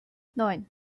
neun